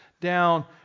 down